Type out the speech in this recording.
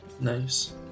Nice